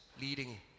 leading